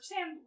Sam